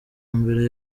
mbere